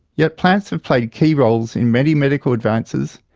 yet plants have played key roles in many medical advances,